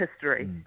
history